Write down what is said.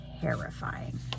terrifying